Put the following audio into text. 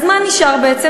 אז מה נשאר בעצם?